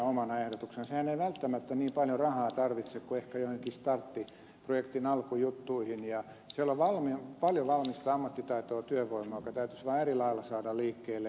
sehän ei välttämättä niin paljon rahaa tarvitse kuin ehkä joihinkin starttiprojektin alkujuttuihin ja siellä on paljon valmista ammattitaitoa työvoimaa joka täytyisi vaan eri lailla saada liikkeelle